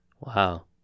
Wow